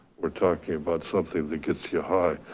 we're talking about something that gets you high.